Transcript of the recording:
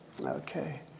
okay